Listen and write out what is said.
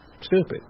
stupid